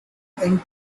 end